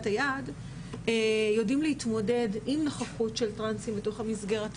היעד יודעים להתמודד עם נוכחות של טרנסים בתוך המסגרת.